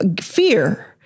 fear